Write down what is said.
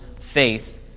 faith